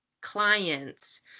clients